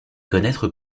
connaître